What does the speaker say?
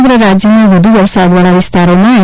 સમગ્ર રાજ્યમાં વધુ વરસાદ વાળા વિસ્તારોમાં એન